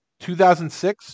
2006